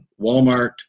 Walmart